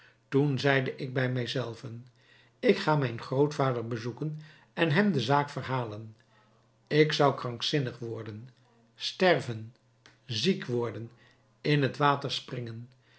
toen zeide ik bij mij zelven ik ga mijn grootvader bezoeken en hem de zaak verhalen ik zou krankzinnig worden sterven ziek worden in t water springen